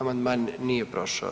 Amandman nije prošao.